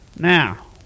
Now